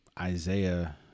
Isaiah